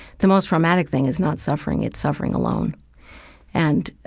the most traumatic thing is not suffering it's suffering alone and,